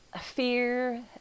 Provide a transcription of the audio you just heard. fear